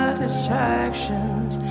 distractions